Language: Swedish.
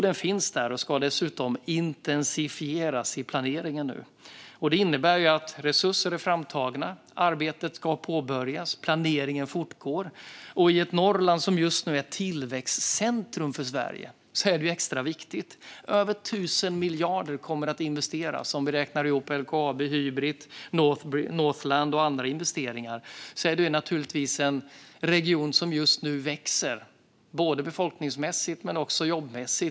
Den finns där och ska nu dessutom intensifieras i planeringen. Det innebär att resurser är framtagna, arbetet ska påbörjas och planeringen fortgår. I ett Norrland som just nu är tillväxtcentrum för Sverige är det extra viktigt. Det kommer att investeras över 1 000 miljarder om vi räknar ihop LKAB, Hybrit, Northland och andra investeringar. Det är en region som just nu växer både befolkningsmässigt och jobbmässigt.